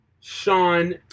Sean